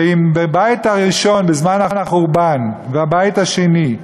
ואם בבית הראשון בזמן החורבן, ובבית השני,